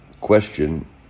question